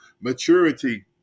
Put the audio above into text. maturity